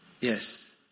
Yes